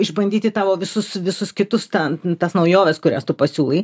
išbandyti tavo visus visus kitus ten tas naujoves kurias tu pasiūlai